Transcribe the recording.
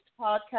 podcast